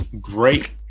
great